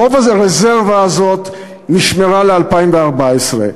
רוב הרזרבה הזאת נשמרה ל-2014.